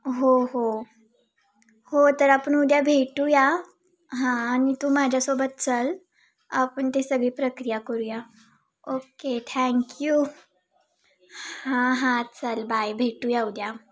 हो हो हो तर आपण उद्या भेटूया हां आणि तू माझ्यासोबत चल आपण ते सगळी प्रक्रिया करूया ओके थँक्यू हां हां चल बाय भेटूया उद्या